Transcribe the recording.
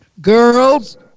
Girls